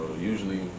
usually